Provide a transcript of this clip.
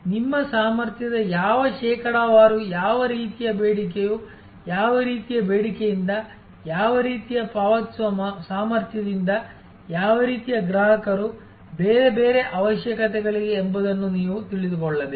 ನಿಮ್ಮ ಸಾಮರ್ಥ್ಯದ ಯಾವ ಶೇಕಡಾವಾರು ಯಾವ ರೀತಿಯ ಬೇಡಿಕೆಯು ಯಾವ ರೀತಿಯ ಬೇಡಿಕೆಯಿಂದ ಯಾವ ರೀತಿಯ ಪಾವತಿಸುವ ಸಾಮರ್ಥ್ಯದಿಂದ ಯಾವ ರೀತಿಯ ಗ್ರಾಹಕರು ಬೇರೆ ಬೇರೆ ಅವಶ್ಯಕತೆಗಳಿವೆ ಎಂಬುದನ್ನು ನೀವು ತಿಳಿದುಕೊಳ್ಳಬೇಕು